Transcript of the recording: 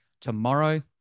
tomorrow